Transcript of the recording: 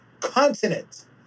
continent